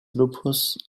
lupus